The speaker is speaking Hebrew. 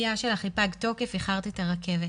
הפגיעה שלך היא פג תוקף, איחרת את הרכבת.